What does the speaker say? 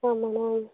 permanent